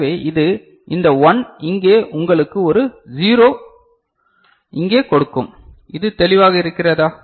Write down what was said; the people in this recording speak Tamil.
எனவே இது இந்த 1 இங்கே உங்களுக்கு ஒரு 0 இங்கே கொடுக்கும் இது தெளிவாக இருக்கிறதா